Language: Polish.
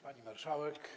Pani Marszałek!